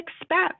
expect